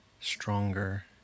stronger